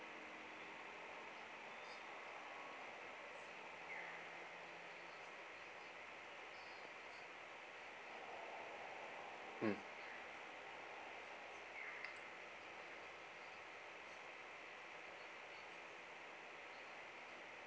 mm